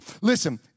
Listen